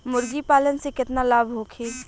मुर्गीपालन से केतना लाभ होखे?